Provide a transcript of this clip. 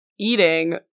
eating